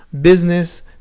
business